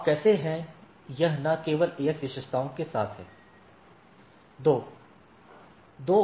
आप कैसे हैं यह न केवल ए एस विशेषताओं के साथ है